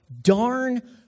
darn